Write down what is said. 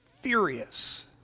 furious